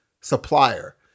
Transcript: supplier